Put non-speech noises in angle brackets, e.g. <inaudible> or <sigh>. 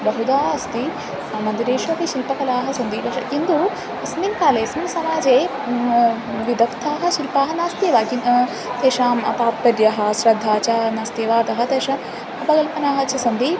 बहुधा अस्ति मन्दिरेषु अपि शिल्पकलाः सन्ति <unintelligible> किन्तु अस्मिन् कालेस्मिन् समाजे विधत्ताः शिल्पाः नास्त्येव किं तेषाम् तात्पर्यः श्रद्धा च नास्ति वा अतः तेषां अपकल्पनाः च सन्ति